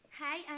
hi